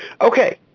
Okay